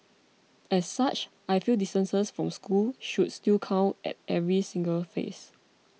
as such I feel distances from school should still count at every single phase